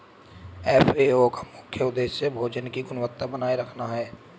FAO का मुख्य उदेश्य भोजन की गुणवत्ता बनाए रखना है